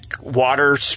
water